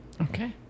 Okay